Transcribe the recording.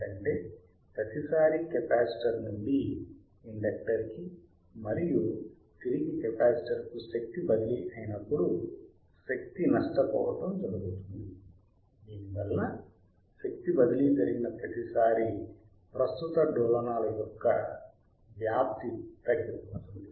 ఎందుకంటే ప్రతిసారీ కెపాసిటర్ నుండి ఇండక్టర్ కి మరియు తిరిగి కెపాసిటర్కు శక్తి బదిలీ అయినప్పుడు శక్తి నష్టపోవటం జరుగుతుంది దీనివల్ల శక్తి బదిలీ జరిగిన ప్రతిసారీ ప్రస్తుత డోలనాల యొక్క వ్యాప్తి తగ్గిపోతుంది